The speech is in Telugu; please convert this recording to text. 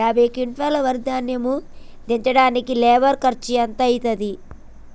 యాభై క్వింటాల్ వరి ధాన్యము దించడానికి లేబర్ ఖర్చు ఎంత అయితది?